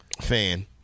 fan